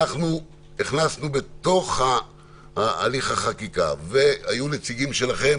הכנסנו בתוך הליך החקיקה והיו נציגים שלכם.